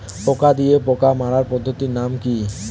পোকা দিয়ে পোকা মারার পদ্ধতির নাম কি?